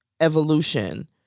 evolution